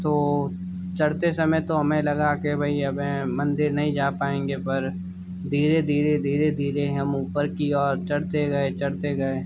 तो चढ़ते समय तो हमें लगा की भई अब मंदिर नहीं जा पाएंगे पर धीरे धीरे धीरे धीरे हम ऊपर की ओर चढ़ते गए चढ़ते गए